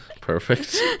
Perfect